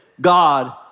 God